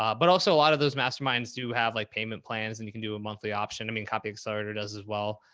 um but also a lot of those masterminds do have like payment plans and you can do a monthly option. i mean, copying accelerator does as well.